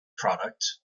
product